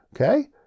Okay